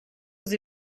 sie